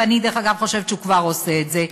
ואני דרך אגב חושבת שהוא כבר עושה את זה,